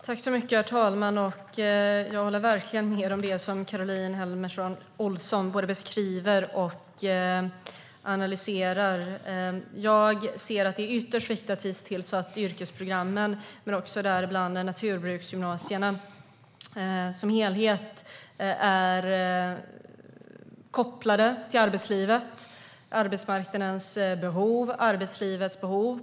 Herr talman! Jag håller verkligen med Caroline Helmersson Olsson i hennes beskrivning och analys. Det är ytterst viktigt att yrkesprogrammen som helhet och däribland naturbruksgymnasierna är kopplade till arbetslivet och arbetsmarknadens behov.